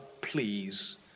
please